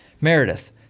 Meredith